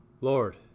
Lord